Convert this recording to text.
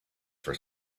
for